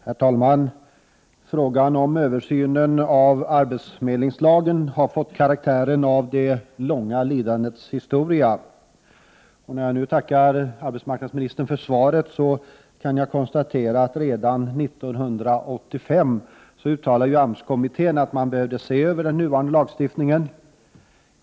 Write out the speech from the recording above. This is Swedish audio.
Herr talman! Frågan om översynen av arbetsförmedlingslagen har fått karaktären av ett långt lidandes historia. Jag tackar nu arbetsmarknadsministern för svaret och kan konstatera att AMS-kommittén redan 1985 uttalade att man behövde se över den nuvarande lagstiftningen.